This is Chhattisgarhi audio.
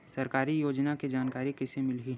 सरकारी योजना के जानकारी कइसे मिलही?